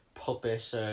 puppet